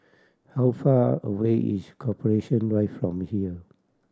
how far away is Corporation Drive from here